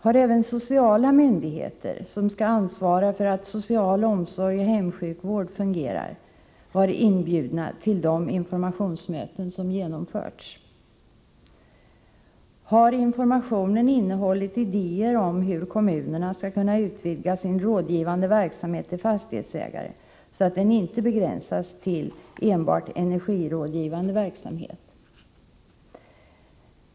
Har även sociala myndigheter, som skall ansvara för att social omsorg och hemsjukvård fungerar, varit inbjudna till de informationsmöten som har hållits? Har informationen innehållit idéer om hur kommunerna skall kunna utvidga sin rådgivning till fastighetsägare, så att den inte begränsas till enbart energirådgivande verksamhet?